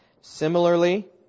Similarly